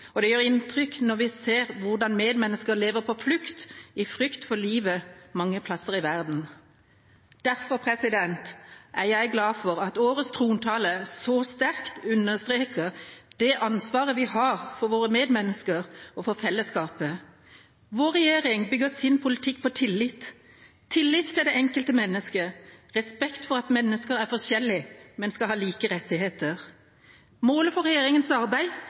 og det gjør inntrykk når vi ser hvordan medmennesker lever på flukt i frykt for livet mange plasser i verden. Derfor er jeg glad for at årets trontale så sterkt understreker det ansvaret vi har for våre medmennesker og for fellesskapet. Vår regjering bygger sin politikk på tillit, tillit til det enkelte menneske, og respekt for at mennesker er forskjellige, men skal ha like rettigheter. Målet for regjeringas arbeid